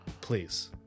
Please